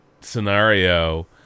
scenario